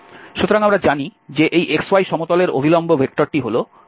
সুতরাং আমরা জানি যে এই xy সমতলের অভিলম্বে ভেক্টরটি হল k